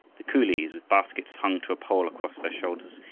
the coolies, with baskets hung to a pole across their shoulders,